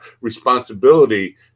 responsibility